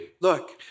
look